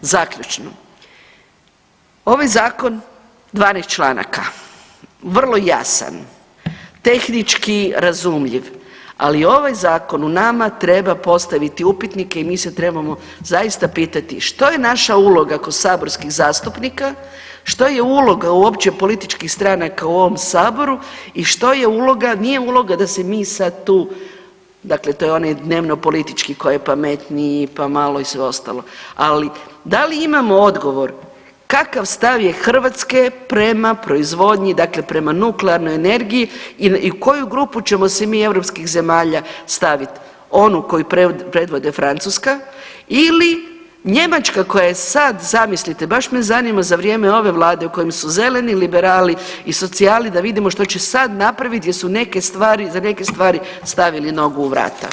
Zaključno, ovaj zakon 12 članaka, vrlo jasan, tehnički razumljiv, ali ovaj zakon u nama treba postaviti upitnike i mi se trebamo zaista pitati što je naša uloga ko saborskih zastupnika, što je uloga uopće političkih stranaka u ovom saboru i što je uloga, nije uloga da se mi sad tu, dakle to je onaj dnevno politički ko je pametniji, pa malo i sve ostalo, ali da li imamo odgovor kakav stav je Hrvatske prema proizvodnji, dakle prema nuklearnoj energiji i u koju grupu ćemo se mi europskih zemalja stavit, onu koju predvodi Francuska ili Njemačka koja je sad, zamislite, baš me zanima za vrijeme ove vlade u kojem su zeleni liberali i socijali da vidimo što će sad napraviti gdje su neke stvari, za neke stvari stavili nogu u vrata.